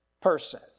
person